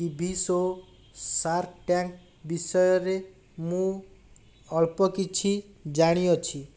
TV show shark tank ବିଷୟରେ ମୁଁ ଅଳ୍ପ କିଛି ଜାଣିଅଛି